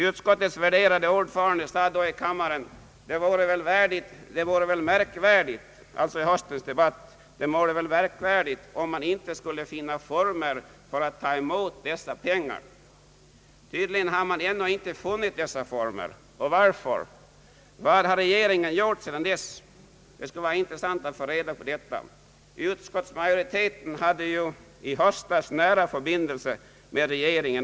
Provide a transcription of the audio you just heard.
Utskottets värderade ordförande sade i höstens debatt i kammaren: »Det vore väl märkvärdigt om man inte skulle finna former för att ta emot dessa pengar.» Tydligen har man ännu inte funnit dessa former. Varför? Vad har regeringen gjort sedan dess? Det skulle vara intressant att få reda på detta. Utskottsmajoriteten hade i höstas och har väl fortfarande nära förbindelse med regeringen.